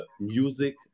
music